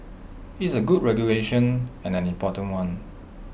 IT is A good regulation and an important one